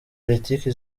politiki